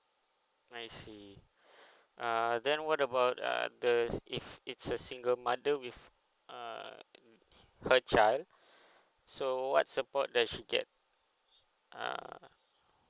I see uh then what about uh the if it's a single mother with uh her child so what support that she get err